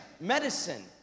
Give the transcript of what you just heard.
medicine